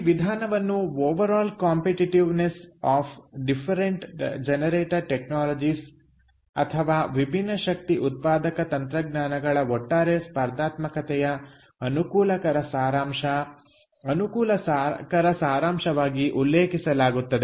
ಈ ವಿಧಾನವನ್ನು overall competitiveness of different generator technologies ಅಥವಾ ವಿಭಿನ್ನ ಶಕ್ತಿ ಉತ್ಪಾದಕ ತಂತ್ರಜ್ಞಾನಗಳ ಒಟ್ಟಾರೆ ಸ್ಪರ್ಧಾತ್ಮಕತೆಯ ಅನುಕೂಲಕರ ಸಾರಾಂಶ ಅನುಕೂಲಕರ ಸಾರಾಂಶವಾಗಿ ಉಲ್ಲೇಖಿಸಲಾಗುತ್ತದೆ